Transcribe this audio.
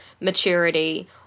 maturity